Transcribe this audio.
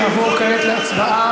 חברים, אנחנו נעבור כעת להצבעה.